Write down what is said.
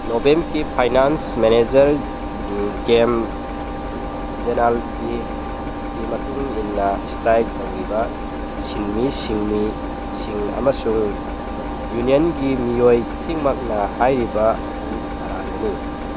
ꯅꯣꯕꯥꯃꯦꯠꯀꯤ finance manager ꯒꯦꯝ ꯖꯦꯅꯥꯜꯇꯤꯒꯤ ꯃꯇꯨꯡ ꯏꯟꯅ ꯏꯁꯇ꯭ꯔꯥꯛ ꯇꯧꯔꯤꯕ ꯁꯤꯟꯃꯤ ꯁꯤꯡꯃꯤꯁꯤꯡ ꯑꯃꯁꯨꯡ ꯌꯨꯅꯤꯌꯟꯒꯤ ꯃꯤꯑꯣꯏ ꯈꯨꯗꯤꯡꯃꯛꯅ ꯍꯥꯏꯔꯤꯕ ꯑꯗꯨ ꯑꯔꯥꯏꯕꯅꯤ